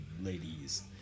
ladies